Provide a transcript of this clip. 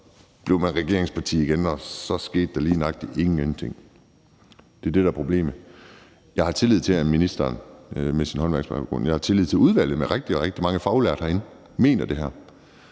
blev man regeringsparti igen, og så skete der lige nøjagtig ingenting. Det er det, der er problemet. Jeg har tillid til ministeren med hans håndværksbaggrund, og jeg har tillid til, at udvalget med rigtig, rigtig mange faglærte mener det her.